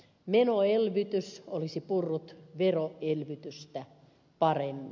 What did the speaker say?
menoelvytys olisi purrut veroelvytystä paremmin